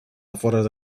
afores